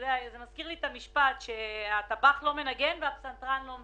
זה מזכיר לי את המשפט שהטבח לא מנגן והפסנתרן לא מבשל.